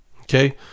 okay